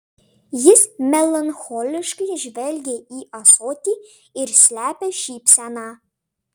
jis melancholiškai žvelgia į ąsotį ir slepia šypseną